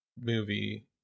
movie